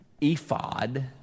ephod